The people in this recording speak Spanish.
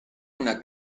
una